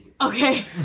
Okay